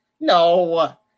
No